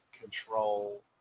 control